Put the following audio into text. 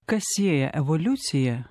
kas sieja evoliuciją